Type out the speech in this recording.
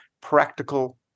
practical